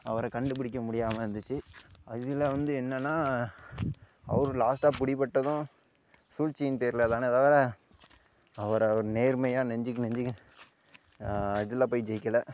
அவரை கண்டுபிடிக்க முடியாமல் இருந்துச்சு அதில் வந்து என்னென்னா அவர் லாஸ்ட்டாக பிடிபட்டதும் சூழ்ச்சியின் பேரில் தான் தவிர அவரை அவர் நேர்மையாக நெஞ்சுக்கு நெஞ்சுக்கு இதில் போய் ஜெயிக்கலை